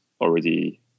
already